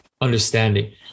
understanding